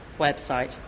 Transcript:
website